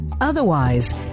Otherwise